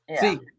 See